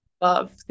love